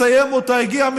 הגיע הזמן.